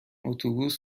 اتوبوس